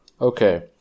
Okay